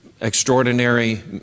extraordinary